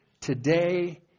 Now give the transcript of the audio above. today